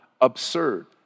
absurd